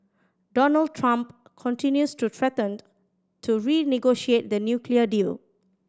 Donald Trump continues to threatened to renegotiate the nuclear deal